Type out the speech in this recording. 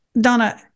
Donna